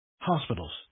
Hospitals